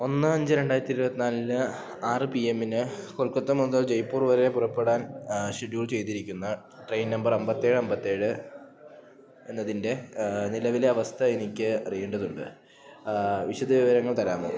ഒന്ന് അഞ്ച് രണ്ടായിരത്തി ഇരുപ ത്തി നാലിന് ആറ് പീഎമ്മിന് കൊൽക്കത്ത മുതൽ ജയ്പൂർ വരെ പുറപ്പെടാൻ ഷെഡ്യൂൾ ചെയ്തിരിക്കുന്ന ട്രെയിൻ നമ്പർ അമ്പത്തി ഏഴ് അമ്പത്തി ഏഴ് എന്നതിൻ്റെ നിലവിലെ അവസ്ഥ എനിക്ക് അറിയേണ്ടതുണ്ട് വിശദവിവരങ്ങൾ തരാമോ